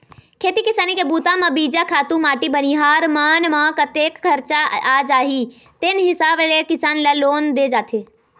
खेती किसानी के बूता म बीजा, खातू माटी बनिहार मन म कतेक खरचा आ जाही तेन हिसाब ले किसान ल लोन दे जाथे